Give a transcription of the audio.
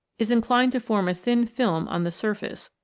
is inclined to form a thin film on the surface,